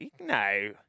No